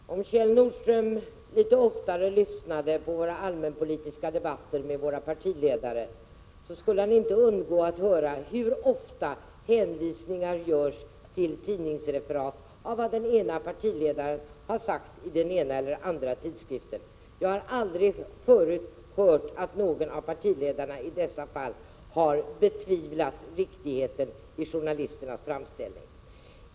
Herr talman! Om Kjell Nordström litet oftare lyssnade på riksdagens allmänpolitiska debatter med partiledarna, skulle han inte undgå att höra hur ofta hänvisningar görs till referat av vad partiledarna har sagt i den ena eller andra tidningen. Jag har aldrig hört att någon av partiledarna i dessa fall har betvivlat riktigheten i journalisternas framställning.